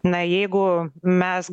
na jeigu mes